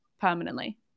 permanently